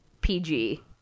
PG